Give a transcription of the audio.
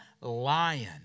lion